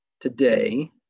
today